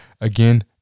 again